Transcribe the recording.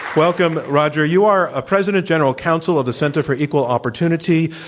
welcome, roger. you are ah president general counsel of the center for equal opportunity.